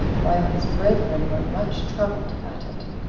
while his brethren were much troubled at it.